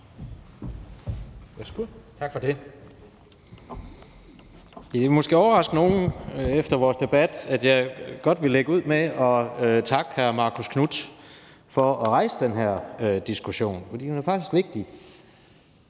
Tak for det. Det vil måske overraske nogen efter vores debat, at jeg godt vil lægge ud med at takke hr. Marcus Knuth for at rejse den her diskussion, fordi den faktisk er vigtig,